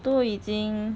都已经